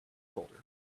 folder